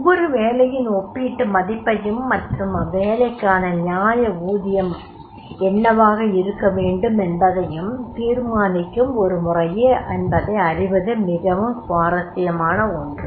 ஒவ்வொரு வேலையின் ஒப்பீட்டு மதிப்பையும் மற்றும் அவ்வேலைக்கான நியாயமான ஊதியம் என்னவாக இருக்க வேண்டும் என்பதையும் தீர்மானிக்கும் ஒரு முறையே என்பதை அறிவது மிகவும் சுவாரஸ்யமான ஒன்று